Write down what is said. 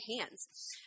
hands